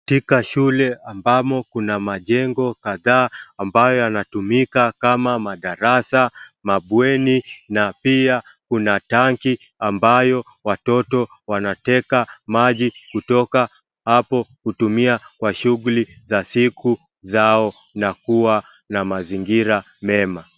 Katika shule ambamo kuna majengo kadhaa ambayo yanatumika kama madarasa, mabweni na pia kuna tanki ambayo watoto wanateka maji kutoka hapo kutumia kwa shughuli za siku zao na kuwa na mazingira mema.